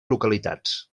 localitats